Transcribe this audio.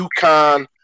UConn